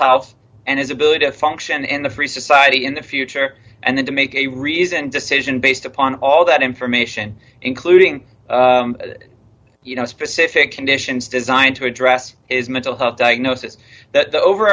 health and his ability to function in the free society in the future and then to make a reasoned decision based upon all that information including you know specific conditions designed to address is mental health diagnosis that the over